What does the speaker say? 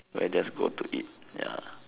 like just go to eat ya